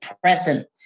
present